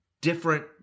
different